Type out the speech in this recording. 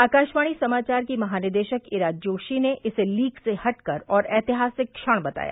आकाशवाणी समाचार की महानिदेशक ईरा जोशी ने इसे लीक से हटकर और ऐतिहासिक क्षण बताया